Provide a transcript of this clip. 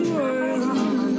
world